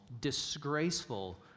disgraceful